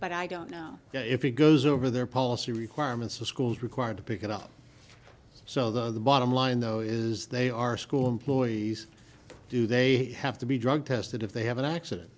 but i don't know if it goes over their policy requirements of schools required to pick it up so the bottom line though is they are school employees do they have to be drug tested if they have an accident